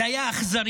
זה היה אכזרי,